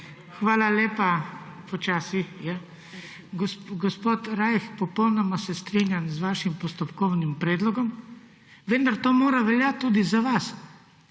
Hvala lepa. Gospod Rajh, popolnoma se strinjam z vašim postopkovnim predlogom, vendar to mora veljati tudi za vas.